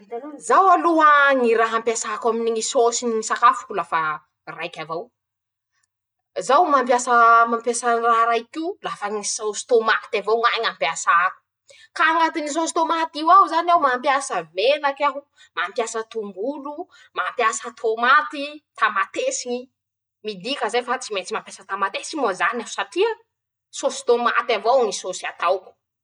<...>Zaho aloha ñy raha ampiasako aminy sôsy ny ñy sakafoko lafa raiky avao, zaho mampiasa mampiasa raha raik'io, lafa ñy saôsy tômaty avao ñahy ñ'ampiasako, ka añatiny sôsy tômaty io ao zany aho mampiasa menaky aho, mampiasa tongolo, mampiasa tômaty, tamatesy, midika zay fa tsy maintsy mampiasa tamatesy moa zany aho satria, sôsy tômaty avao ñy sôsy ataoko.